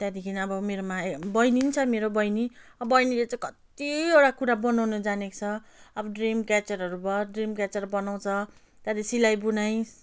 त्यहाँदेखि अब मेरोमा बहिनी नि छ मेरो बहिनी अब बहिनीले चाहिँ कतिवटा कुरा बनाउनु जानेको छ अब ड्रिम क्याचरहरू भयो ड्रिम क्याचर बनाउँछ त्यहाँदेखि सिलाइ बुनाइ